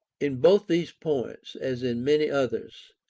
in both these points, as in many others,